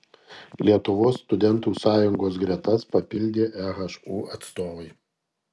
lietuvos studentų sąjungos gretas papildė ehu atstovai